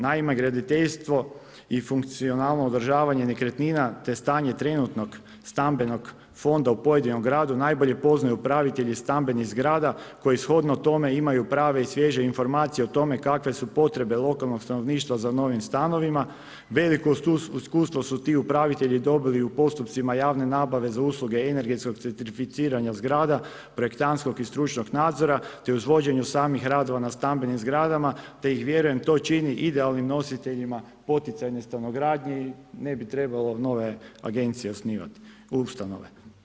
Naime, graditeljstvo i funkcionalno odražavanje nekretnina te stanje trenutnog stambenog fonda u pojedinom gradu, najbolje poznaju upravitelji stambenih zgrada koji shodno tome imaju prave i svježe informacije o tome kakve su potrebe lokalnog stanovništva za novim stanovima, veliko iskustvo su ti upravitelji dobili u postupcima javne nabave za usluge energetskog certificiranja zgrada, projektantskog i stručnog nadzora te uz vođenje samih radova na stambenim zgradama te ih vjerujem to čini idealnim nositeljima poticajne stanogradnje i ne bi trebalo nove agencije osnivati, ustanove.